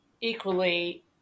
equally